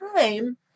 time